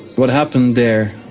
what happened there,